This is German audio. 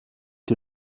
die